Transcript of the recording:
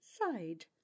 side